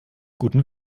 guten